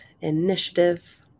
initiative